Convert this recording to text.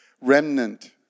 remnant